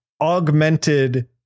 augmented